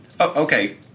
Okay